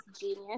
genius